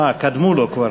אה, קדמו לו כבר.